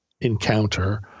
encounter